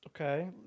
Okay